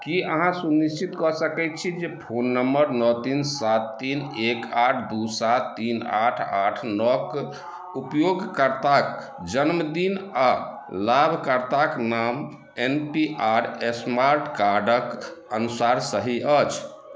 की अहाँ सुनिश्चित कऽ सकैत छी जे फोन नंबर नओ तीन सात तीन एक आठ दू सात तीन आठ आठ नओ कऽ उपयोगकर्ताक जन्मदिन आ लाभ कर्ताक नाम एन पी आर स्मार्ट कार्डक अनुसार सही अछि